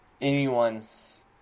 anyone's